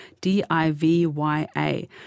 D-I-V-Y-A